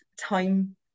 time